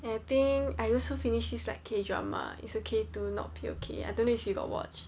and I think I also finish this like K drama it's okay to not be okay I don't know if you got watch